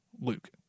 Luke